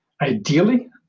ideally